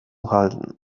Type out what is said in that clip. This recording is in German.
halten